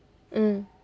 mm